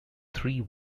three